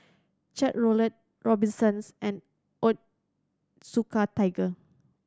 Chevrolet Robinsons and Onitsuka Tiger